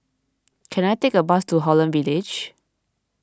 can I take a bus to Holland Village